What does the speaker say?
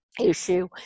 issue